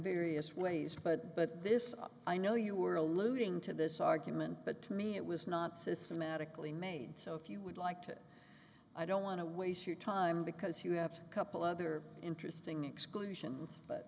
various ways but but this up i know you were alluding to this argument but to me it was not systematically made so if you would like to i don't want to waste your time because you have a couple other interesting exclusion but